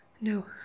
No